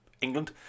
England